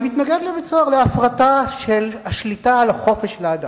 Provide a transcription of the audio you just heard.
אני מתנגד להפרטה של השליטה על החופש של האדם,